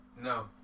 No